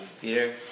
Peter